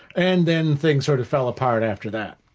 and then things sort of fell apart after that.